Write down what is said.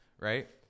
right